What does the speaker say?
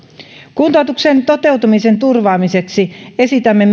kuntoutuksen toteutumisen turvaamiseksi esitämme